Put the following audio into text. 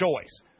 choice